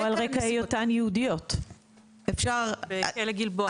או על רקע היותן יהודיות בכלא גלבוע.